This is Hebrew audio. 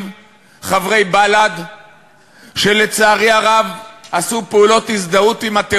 אמרתי שלא יפריעו לך.